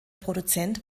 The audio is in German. produzent